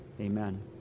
Amen